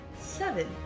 Seven